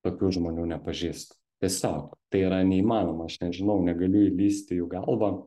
tokių žmonių nepažįstu tiesiog tai yra neįmanoma aš nežinau negaliu įlįst į jų galvą